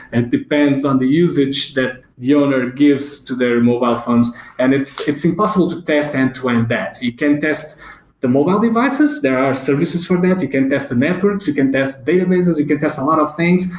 and depends on the usage that the owner gives to their mobile phones and it's it's impossible to test and end-to-end and that. you can test the mobile devices. there are services for that. you can test the networks. you can test databases. you can test a lot of things,